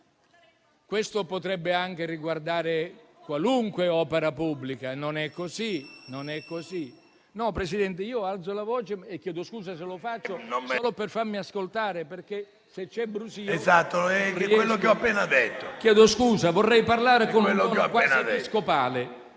questo potrebbe anche riguardare qualsiasi opera pubblica, ma non è così.